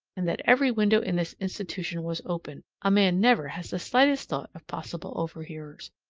and that every window in this institution was open. a man never has the slightest thought of possible overhearers.